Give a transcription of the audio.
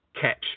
catch